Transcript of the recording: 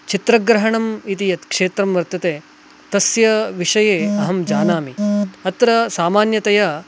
चित्रग्रहणम् इति यत् क्षेत्रं वर्तते तस्य विषये अहं जानामि अत्र सामान्यतया